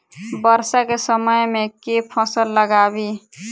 वर्षा केँ समय मे केँ फसल लगाबी?